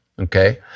Okay